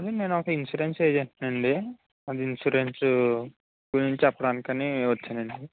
అండి నేను ఒక ఇన్సూరెన్స్ ఏజెంటునండి అది ఇన్సూరెన్స్ గురించి చెప్పడానికని వచ్చానండి